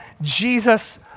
Jesus